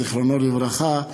זיכרונו לברכה,